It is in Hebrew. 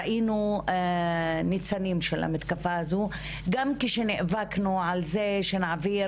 ראינו ניצנים של המתקפה הזו גם כשנאבקנו על זה שנעביר